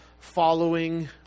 following